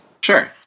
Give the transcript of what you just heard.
Sure